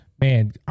man